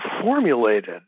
formulated